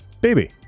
baby